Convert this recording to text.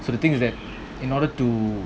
so the thing is that in order to